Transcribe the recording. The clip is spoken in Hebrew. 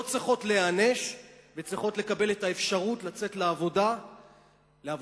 לא צריכות להיענש וצריכות לקבל את האפשרות לצאת לעבודה מלאה,